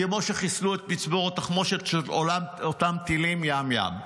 כמו שחיסלו את מצבור התחמושת של אותם טילי ים ים.